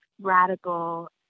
radical